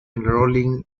enrolling